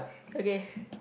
okay